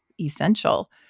essential